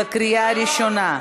בקריאה ראשונה.